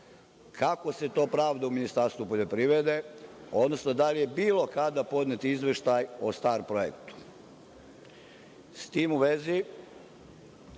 Kako se to pravda u Ministarstvu poljoprivrede, odnosno da li je bilo kada podnet izveštaj o STAR projektu.S tim u vezi,